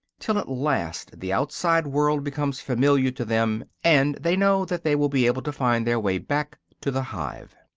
till at last the outside world becomes familiar to them, and they know that they will be able to find their way back to the hive.